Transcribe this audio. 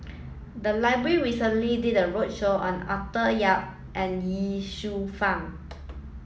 the library recently did a roadshow on Arthur Yap and Ye Shufang